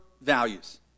values